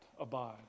abide